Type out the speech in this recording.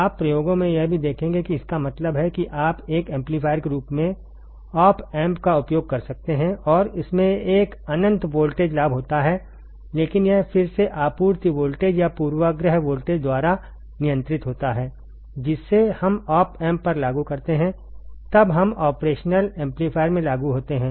आप प्रयोगों में यह भी देखेंगे कि इसका मतलब है कि आप एक एम्पलीफायर के रूप में ऑप एम्प का उपयोग कर सकते हैं और इसमें एक अनंत वोल्टेज लाभ होता है लेकिन यह फिर से आपूर्ति वोल्टेज या पूर्वाग्रह वोल्टेज द्वारा नियंत्रित होता है जिसे हम ऑप एम्प पर लागू करते हैं तब हम ऑपरेशनल एम्पलीफायर में लागू होते हैं